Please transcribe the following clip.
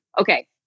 okay